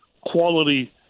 quality